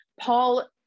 Paul